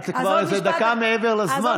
את כבר דקה מעבר לזמן.